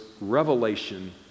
revelation